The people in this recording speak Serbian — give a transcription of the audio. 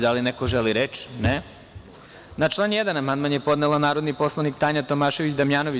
Da li neko želi reč? (Ne.) Na član 1. amandman je podnela narodni poslanik Tanja Tomašević Damnjanović.